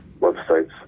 websites